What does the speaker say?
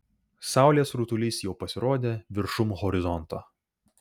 saulės rutulys jau pasirodė viršum horizonto